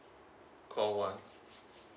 call one